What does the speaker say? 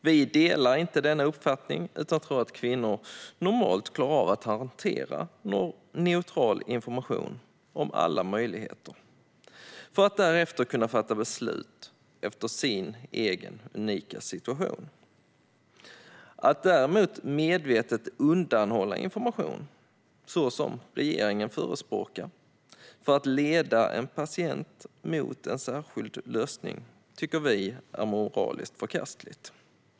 Vi delar inte denna uppfattning utan tror att kvinnor normalt klarar av att hantera neutral information om alla möjligheter, för att därefter kunna fatta beslut efter sin egen unika situation. Att däremot medvetet undanhålla information, så som regeringen förespråkar, för att leda en patient mot en särskild lösning tycker vi är moraliskt förkastligt.